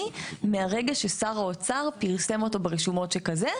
מהרגע ששר האוצר פרסם אותו ברשומות שכזה.